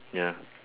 ya